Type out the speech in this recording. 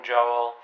Joel